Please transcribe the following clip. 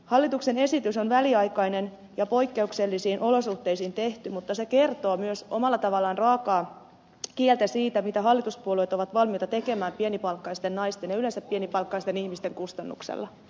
hallituksen esitys on väliaikainen ja poikkeuksellisiin olosuhteisiin tehty mutta se kertoo myös omalla tavallaan raakaa kieltä siitä mitä hallituspuolueet ovat valmiita tekemään pienipalkkaisten naisten ja yleensä pienipalkkaisten ihmisten kustannuksella